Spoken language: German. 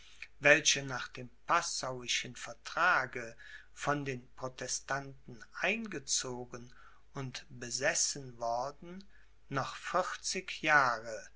welche nach dem passauischen vertrage von den protestanten eingezogen und besessen worden noch vierzig jahre